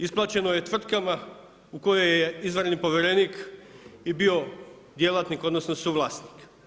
Isplaćeno je tvrtkama u koje je izvanredni povjerenik i bio djelatnik odnosno suvlasnik.